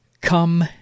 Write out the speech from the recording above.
come